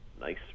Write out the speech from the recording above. nice